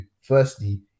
firstly